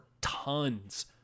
tons